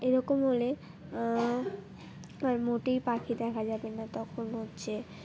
এরকম হলে আর মোটেই পাখি দেখা যাবে না তখন হচ্ছে